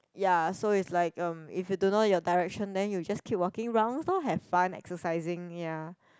ya so it's like um if you don't know your direction then you just keep talking rounds lor have fun exercising ya